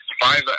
Five